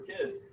kids